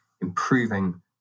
improving